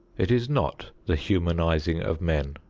it is not the humanizing of men.